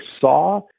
saw